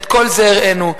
את כל זה הראינו.